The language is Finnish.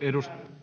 [Ben